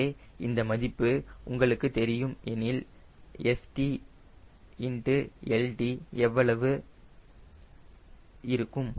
எனவே இந்த மதிப்பு உங்களுக்கு தெரியும் எனில் Stlt எவ்வளவு இருக்கும்